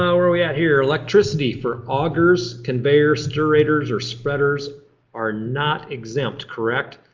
um are we at here? electricity for augers, conveyors, stirators, or spreaders are not exempt, correct?